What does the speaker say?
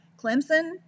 Clemson